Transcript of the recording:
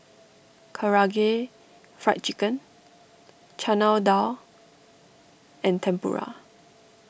Karaage Fried Chicken Chana Dal and Tempura